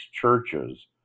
churches